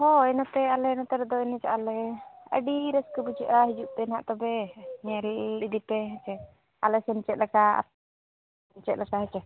ᱦᱚᱭ ᱱᱚᱛᱮ ᱟᱞᱮ ᱱᱚᱛᱮ ᱨᱮᱫᱚ ᱮᱱᱮᱡᱚᱜᱼᱟ ᱞᱮ ᱟᱹᱰᱤ ᱨᱟᱹᱥᱠᱟᱹ ᱵᱩᱡᱷᱟᱹᱜᱼᱟ ᱦᱤᱡᱩᱜ ᱯᱮ ᱱᱟᱦᱟᱜ ᱛᱚᱵᱮ ᱧᱮᱞ ᱦᱤᱨᱤ ᱤᱫᱤᱯᱮ ᱦᱮᱪᱮ ᱟᱞᱮ ᱥᱮᱱ ᱪᱮᱫᱞᱮᱠᱟ ᱪᱮᱫᱞᱮᱠᱟ ᱦᱮᱸᱪᱮ